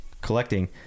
collecting